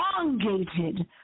elongated